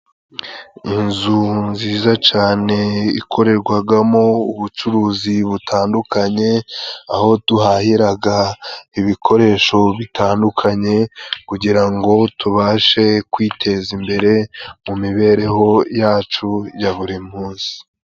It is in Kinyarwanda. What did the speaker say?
Inzu nziza cane ikorerwagamo ubucuruzi butandukanye, aho duhahiraga ibikoresho bitandukanye, kugira ngo tubashe kwiteza imbere mu mibereho yacu ya buri munsi.